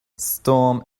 storm